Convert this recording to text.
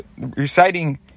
reciting